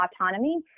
autonomy